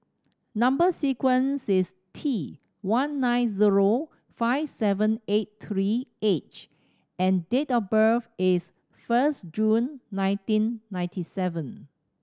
number sequence is T one nine zero five seven eight three H and date of birth is first June nineteen ninety seven